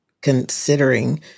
considering